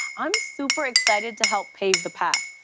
i'm super excited to help pave the path.